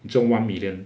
中 one million